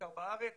בעיקר בארץ.